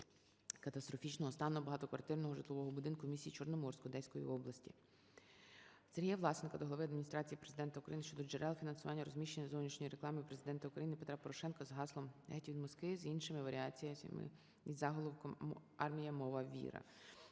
катастрофічного стану багатоквартирного житлового будинку у місті Чорноморськ Одеської області. СергіяВласенка до Глави Адміністрації Президента України щодо джерел фінансування розміщення зовнішньої реклами Президента України Петра Порошенка з гаслом "Геть від Москви", з іншими варіаціями із заголовком: "Армія. Мова. Віра"